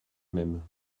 même